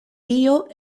tio